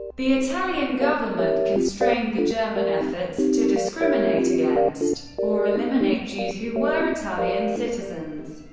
the italian government constrained the german efforts to discriminate against or eliminate jews who were italian citizens.